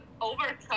overcome